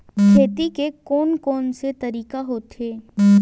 खेती के कोन कोन से तरीका होथे?